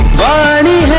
body